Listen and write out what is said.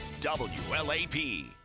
WLAP